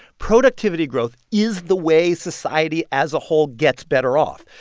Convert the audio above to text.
productivity growth is the way society as a whole gets better off.